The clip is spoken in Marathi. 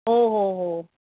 हो हो हो